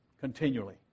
continually